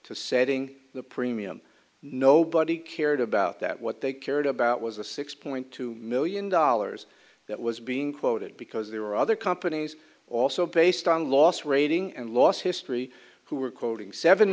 to setting the premium nobody cared about that what they cared about was a six point two million dollars that was being quoted because there were other companies also based on loss rating and loss history who were quoting seven